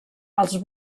als